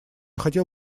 хотел